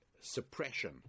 suppression